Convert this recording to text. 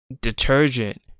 detergent